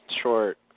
short